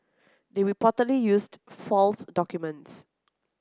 they reportedly used false documents